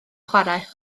chwarae